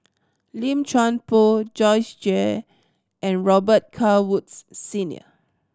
Lim Chuan Poh Joyce Jue and Robet Carr Woods Senior